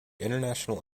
international